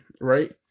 right